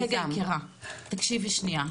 רגע, יקירה, תקשיבי שנייה.